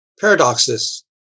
paradoxes